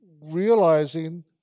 realizing